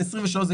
וב-23'-24'?